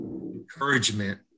encouragement